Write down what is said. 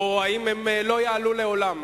או האם הם לא יעלו לעולם,